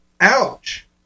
Ouch